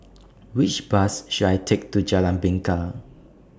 Which Bus should I Take to Jalan Bingka